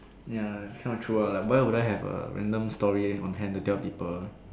ya it's kind of true ah like why would I have a random story on hand to tell people